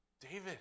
David